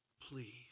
Please